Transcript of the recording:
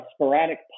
sporadic